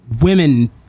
women